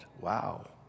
Wow